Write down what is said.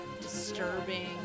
disturbing